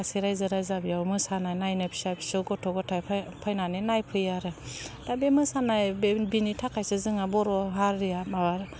गासै रायजो राजा बेयाव मोसाना नायनो फिसा फिसौ गथ' गथाइ फै फैनानै नायफैयो आरो दा बे मोसानाय बे बिनि थाखायसो जोंहा बर' हारिआ माबा